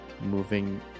moving